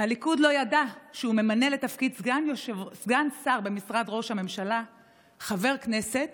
הליכוד לא ידע שהוא ממנה לתפקיד סגן שר במשרד ראש הממשלה חבר כנסת